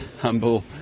humble